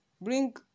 bring